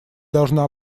должна